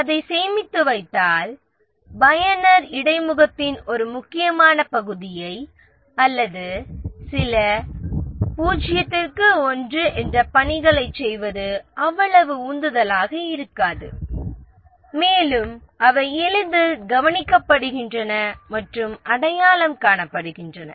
அதை சேமித்து வைத்தால் பயனர் இடைமுகத்தின் ஒரு முக்கியமான பகுதியை அல்லது சில பணிகளைச் செய்வது அவ்வளவு உந்துதலாக இருக்காது மேலும் அவை எளிதில் கவனிக்கப்படுகின்றன மற்றும் அடையாளம் காணப்படுகின்றன